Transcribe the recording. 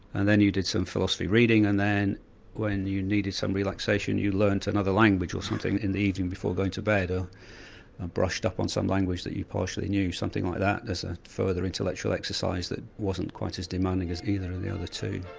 and then you did some philosophy reading and then when you needed some relaxation you learned another and language or something in the evening before going to bed or brushed up on some language that you partially knew, something like that, as a further intellectual exercise that wasn't quite as demanding as either of the other two.